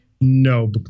No